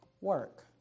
work